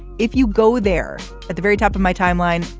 if you go there at the very top of my timeline,